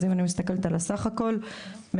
אז אם אני מסתכלת על הסך הכול מדובר